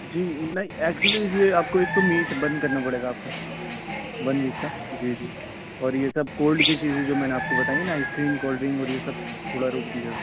جی نہیں ایکچلی یہ آپ کو ایک تو میٹ بند کرنا پڑے گا آپ کو ون ویک کا جی جی اور یہ سب کولڈ کی چیزیں جو میں نے آپ کو بتائی ہیں نا آئس کریم کولڈ ڈرنک اور یہ سب تھوڑا روک دیجیے گا